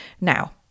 Now